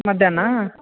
ಮಧ್ಯಾಹ್ನಾ